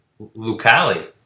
Lucali